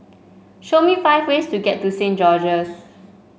show me five ways to get to Saint George's